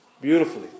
beautifully